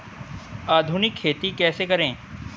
आधुनिक खेती कैसे करें?